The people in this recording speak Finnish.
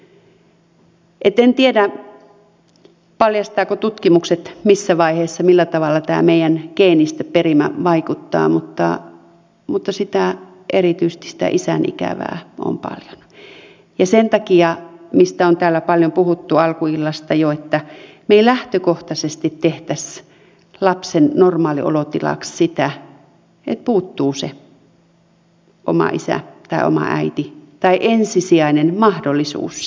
en tiedä paljastavatko tutkimukset missä vaiheessa ja millä tavalla tämä meidän geenistö perimä vaikuttaa mutta erityisesti sitä isän ikävää on paljon ja sen takia toivon mistä on täällä puhuttu alkuillasta jo että me emme lähtökohtaisesti tekisi lapsen normaaliolotilaksi sitä että puuttuu se oma isä tai oma äiti tai ensisijainen mahdollisuus siihen